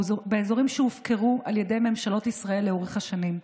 באזורים שהופקרו על ידי ממשלות ישראל לאורך השנים,